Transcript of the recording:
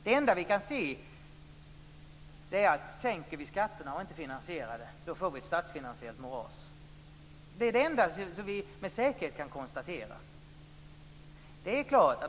Det enda vi kan se är att om vi sänker skatterna och inte finansierar det, får vi ett statsfinansiellt moras. Det är det enda som vi med säkerhet kan konstatera.